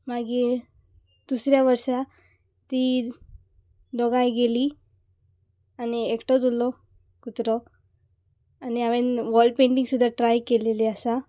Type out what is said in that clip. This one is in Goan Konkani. मागीर दुसऱ्या वर्सा ती दोगांय गेली आनी एकटोच उरलो कुत्रो आनी हांवेन वॉल पेंटींग सुद्दां ट्राय केलेली आसा